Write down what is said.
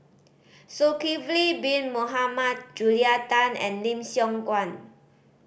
Zulkifli Bin Mohamed Julia Tan and Lim Siong Guan